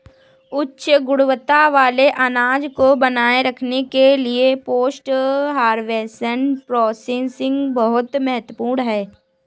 उच्च गुणवत्ता वाले अनाज को बनाए रखने के लिए पोस्ट हार्वेस्ट प्रोसेसिंग बहुत महत्वपूर्ण है